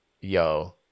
yo